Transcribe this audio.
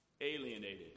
Alienated